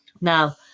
Now